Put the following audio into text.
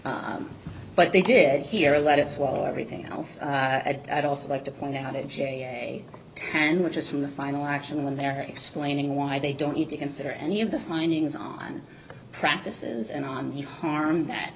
but they did here let it swallow everything else i'd also like to point out a plan which is from the final action when they're explaining why they don't need to consider any of the findings on practices and on the harm that